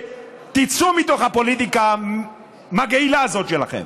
תצאו מתוך הפוליטיקה המגעילה הזאת שלכם.